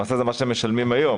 זה למעשה מה שהם משלמים היום.